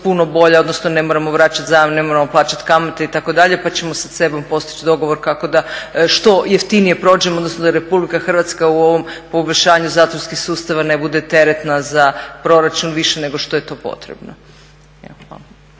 puno bolja, odnosno ne moramo vraćati zajam, ne moramo plaćati kamate itd. pa ćemo sa …/Govornik se ne razumije./… postići dogovor kako da što jeftinije prođemo odnosno da Republika Hrvatska u ovom poboljšaju zatvorskih sustava ne bude teretna za proračun više nego što je to potrebno.